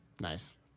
Nice